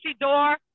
door